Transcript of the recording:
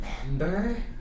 Remember